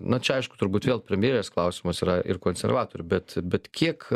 na čia aišku turbūt vėl premjerės klausimas yra ir konservatorių bet bet kiek